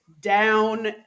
down